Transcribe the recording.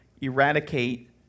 eradicate